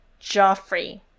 Joffrey